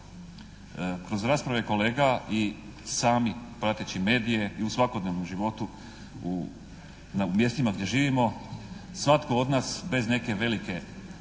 Kroz rasprave kolega i sami prateći medije i u svakodnevnom životu u mjestima gdje živimo, svatko od nas bez neke velike,